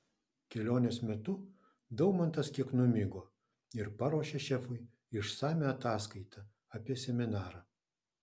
kelionės metu daumantas kiek numigo ir paruošė šefui išsamią ataskaitą apie seminarą